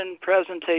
presentation